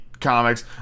Comics